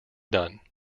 dunn